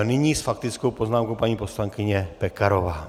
Nyní s faktickou poznámkou paní poslankyně Pekarová.